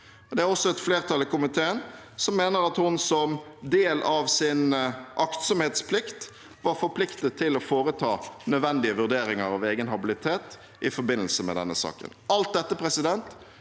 Hydro. Et flertall i komiteen mener at hun som del av sin aktsomhetsplikt var forpliktet til å foreta nødvendige vurderinger av egen habilitet i forbindelse med denne saken. Alt dette forsterker